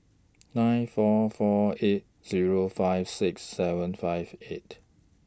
nine four four eight Zero five six seven five eight